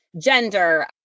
Gender